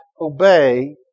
obey